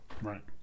Right